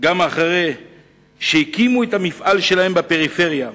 גם אחרי שהקימו את המפעל שלהם בפריפריה,